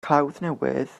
clawddnewydd